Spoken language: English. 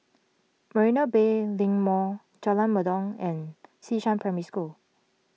Marina Bay Link Mall Jalan Mendong and Xishan Primary School